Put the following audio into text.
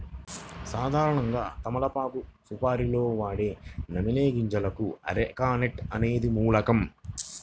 సాధారణంగా తమలపాకు సుపారీలో వాడే నమిలే గింజలకు అరెక నట్ అనేది మూలం